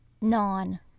non